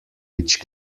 which